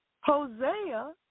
Hosea